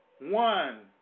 one